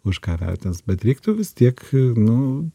už ką vertins bet reiktų vis tiek nu